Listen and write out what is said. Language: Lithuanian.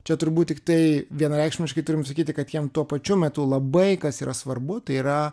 čia turbūt tiktai vienareikšmiškai turim sakyti kad jiem tuo pačiu metu labai kas yra svarbu tai yra